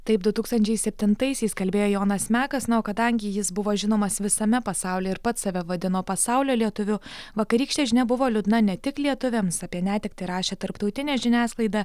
taip du tūkstančiai septintaisiais kalbėjo jonas mekas na o kadangi jis buvo žinomas visame pasauly ir pats save vadino pasaulio lietuviu vakarykštė žinia buvo liūdna ne tik lietuviams apie netektį rašė tarptautinė žiniasklaida